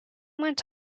went